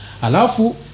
alafu